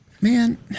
Man